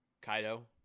Kaido